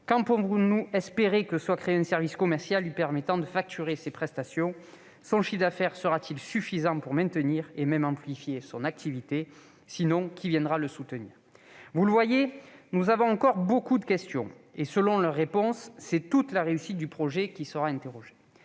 Quand pouvons-nous espérer que soit créé un service commercial lui permettant de facturer ses prestations ? Son chiffre d'affaires sera-t-il suffisant pour maintenir et même amplifier son activité ? Si non, qui viendra le soutenir ? Vous le voyez, nous avons encore beaucoup de questions. Et selon les réponses qui y seront données, c'est toute la réussite du projet qui sera ou